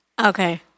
Okay